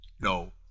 No